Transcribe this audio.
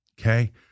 okay